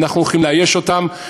אנחנו הולכים לאייש אותן.